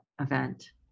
event